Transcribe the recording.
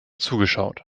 zugeschaut